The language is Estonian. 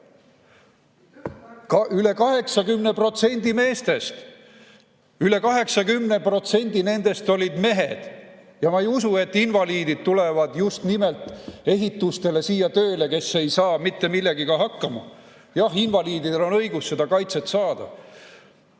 on vaja seigelda! Üle 80% nendest olid mehed. Ja ma ei usu, et invaliidid tulevad just nimelt ehitusele siia tööle, kes ei saa mitte millegagi hakkama. Jah, invaliididel on õigus seda kaitset saada.